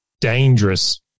dangerous